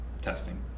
testing